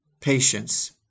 Patience